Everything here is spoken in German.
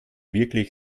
wirklich